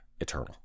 eternal